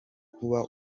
kuba